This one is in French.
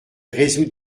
résoudre